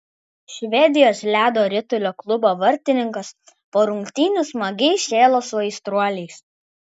švedijos ledo ritulio klubo vartininkas po rungtynių smagiai šėlo su aistruoliais